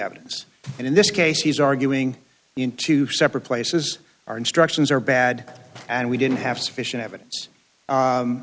evidence and in this case he's arguing in two separate places our instructions are bad and we didn't have sufficient evid